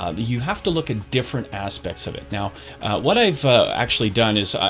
ah you have to look at different aspects of it. now what i've actually done is,